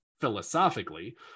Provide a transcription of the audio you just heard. philosophically